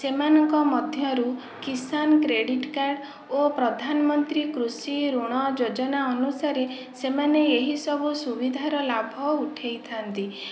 ସେମାନଙ୍କ ମଧ୍ୟରୁ Kisan credit card ଓ ପ୍ରଧାନମନ୍ତ୍ରୀ କୃଷି ଋଣ ଯୋଜନା ଅନୁସାରେ ସେମାନେ ଏହିସବୁ ସୁବିଧାର ଲାଭ ଉଠାଇଥାନ୍ତି